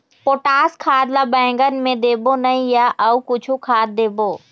Potash खाद ला बैंगन मे देबो नई या अऊ कुछू खाद देबो?